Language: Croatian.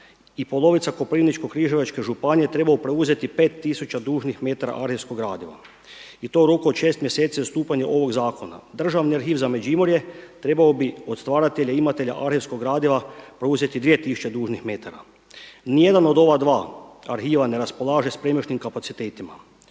i polovica Koprivničko-križevačke županije trebalo preuzeti pet tisuća dužnih metara arhivskog gradiva i to u roku od šest mjeseci od stupanja ovoga zakona. Državni arhiv za Međimurje trebao bi od stvaratelja imatelja arhivskog gradiva preuzeti dvije tisuće dužnih metara. Nijedan od ova dva arhiva ne raspolaže se … kapacitetima.